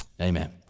Amen